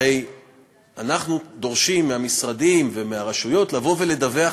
הרי אנחנו דורשים מהמשרדים ומהרשויות לבוא ולדווח